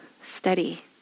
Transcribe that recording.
steady